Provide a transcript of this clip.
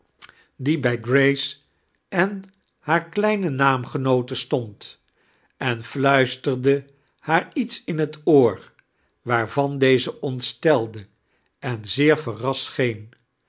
die bij grace en haar kledne naamgenoote stond en fluisterde haar iete in t oor waarvan dez ontetelde en zeer verrast